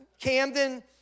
Camden